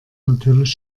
natürlich